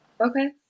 Okay